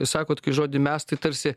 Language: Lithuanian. sakot kai žodį mes tai tarsi